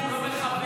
לדבר דיבור לא מכבד.